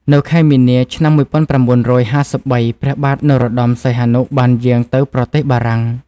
នៅខែមីនា ឆ្នាំ១៩៥៣ ព្រះបាទនរោត្តម សីហនុបានយាងទៅប្រទេសបារាំង។